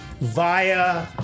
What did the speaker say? via